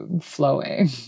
flowing